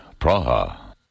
Praha